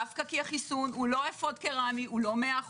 דווקא כי החיסון לא 100% מגן,